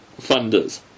funders